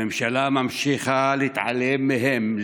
הממשלה ממשיכה להתעלם מהם,